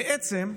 בעצם,